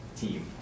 team